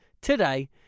today